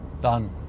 Done